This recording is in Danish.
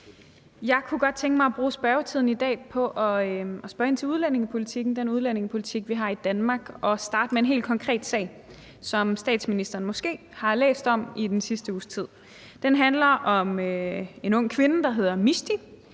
Jeg kunne godt tænke mig at bruge spørgetiden i dag på at spørge ind til udlændingepolitikken – den udlændingepolitik, vi har i Danmark – og starte med en helt konkret sag, som statsministeren måske har læst om i løbet af den sidste uges tid. Den handler om en ung kvinde, der hedder Mishti,